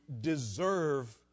deserve